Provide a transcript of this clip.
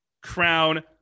crown